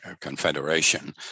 Confederation